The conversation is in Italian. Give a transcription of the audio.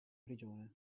prigione